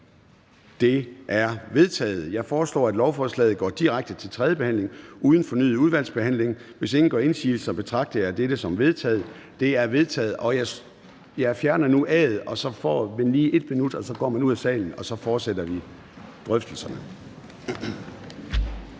De er vedtaget. Jeg foreslår, at lovforslaget går direkte til tredje behandling uden fornyet udvalgsbehandling. Hvis ingen gør indsigelse, betragter jeg dette som vedtaget. Det er vedtaget. Jeg fjerner nu A'et på uret. Så har man 1 minut til at gå ud af salen, og så fortsætter vi forhandlingerne.